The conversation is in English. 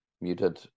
muted